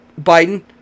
Biden